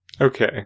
Okay